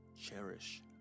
Cherish